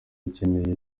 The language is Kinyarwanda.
ukeneye